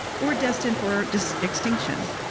or destined for extinction.